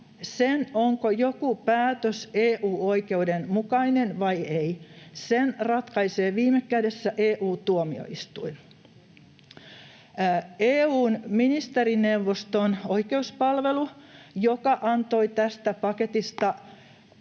sen, onko joku päätös EU-oikeuden mukainen vai ei, ratkaisee viime kädessä EU-tuomioistuin. EU:n ministerineuvoston oikeuspalvelu, joka antoi tästä paketista